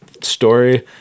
story